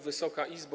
Wysoka Izbo!